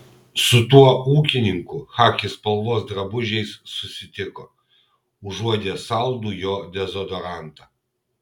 su tuo ūkininku chaki spalvos drabužiais susitiko užuodė saldų jo dezodorantą